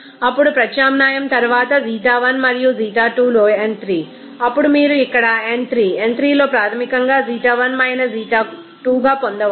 అప్పుడుప్రత్యామ్నాయం తరువాత ξ1 మరియు ξ2 లోn3 అప్పుడు మీరు ఇక్కడ n 3 n 3 లో ప్రాథమికంగా ξ1 ξ2 గా పొందవచ్చు